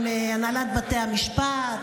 עם הנהלת בתי המשפט,